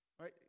right